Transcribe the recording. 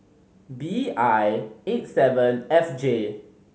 B I eight seven F J